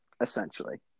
essentially